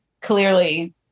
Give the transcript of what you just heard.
clearly